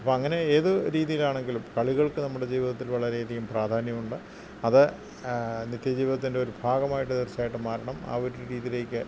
അപ്പോള് അങ്ങനെ ഏത് രീതിയിലാണെങ്കിലും കളികൾക്ക് നമ്മുടെ ജീവിതത്തിൽ വളരെയധികം പ്രാധാന്യമുണ്ട് അത് നിത്യ ജീവിതത്തിൻ്റെ ഒരു ഭാഗമായിട്ട് തീർച്ചയായിട്ടും മാറണം ആ ഒരു രീതിയിലേക്ക്